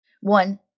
one